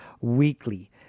weekly